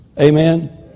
Amen